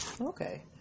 okay